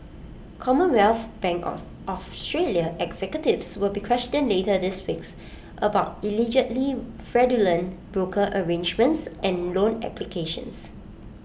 commonwealth bank of Australia executives will be questioned later this weeks about allegedly fraudulent broker arrangements and loan applications